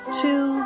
two